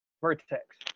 Vertex